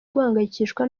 guhangayikishwa